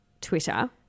Twitter